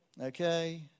Okay